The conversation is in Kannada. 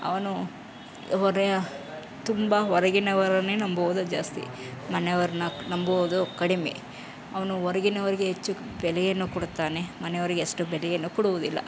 ಅವನು ಹೊರೆಯ ತುಂಬ ಹೊರಗಿನವರನ್ನೇ ನಂಬುವುದು ಜಾಸ್ತಿ ಮನೆಯವ್ರನ್ನ ನಂಬುವುದು ಕಡಿಮೆ ಅವನು ಹೊರಗಿನವ್ರಿಗೆ ಹೆಚ್ಚು ಬೆಲೆಯನ್ನು ಕೊಡುತ್ತಾನೆ ಮನೆಯವರಿಗೆ ಅಷ್ಟು ಬೆಲೆಯನ್ನು ಕೊಡುವುದಿಲ್ಲ